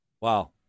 wow